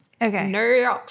Okay